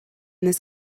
this